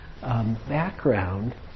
background